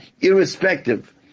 irrespective